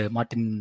Martin